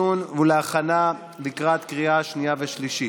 חוק ומשפט לדיון ולהכנה לקראת קריאה שנייה ושלישית.